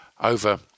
over